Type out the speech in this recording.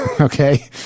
okay